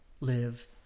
live